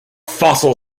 fossil